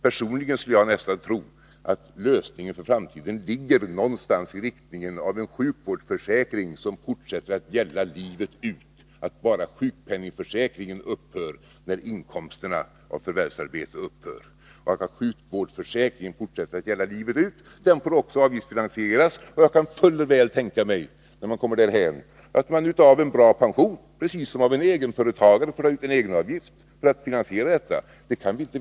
Personligen skulle jag tro att lösningen för framtiden ligger någonstans i riktningen mot en sjukvårdsförsäkring som gäller livet ut och att bara sjukpenningförsäkringen upphör när inkomsterna och förvärvsarbetet upphör. Detta får också avgiftsfinansieras. Jag kan fuller väl tänka mig att man kommer därhän, att man tar pengar från en bra pension, precis som en egenföretagare får betala egenavgift för finansieringen.